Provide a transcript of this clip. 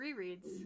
rereads